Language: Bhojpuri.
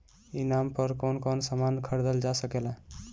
ई नाम पर कौन कौन समान खरीदल जा सकेला?